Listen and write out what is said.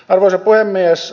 arvoisa puhemies